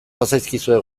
bazaizkizue